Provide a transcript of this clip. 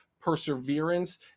perseverance